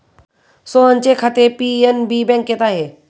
सोहनचे खाते पी.एन.बी बँकेत आहे